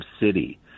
City